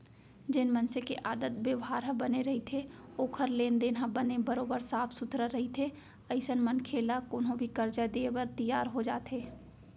जेन मनसे के आदत बेवहार ह बने रहिथे ओखर लेन देन ह बने बरोबर साफ सुथरा रहिथे अइसन मनखे ल कोनो भी करजा देय बर तियार हो जाथे